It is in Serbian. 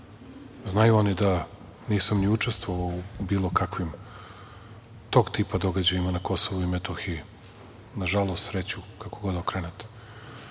Znaju oni da nisam ni učestvovao u bilo kakvim tog tipa događajima na Kosovu i Metohiji, nažalost, sreću, kako god okrenete.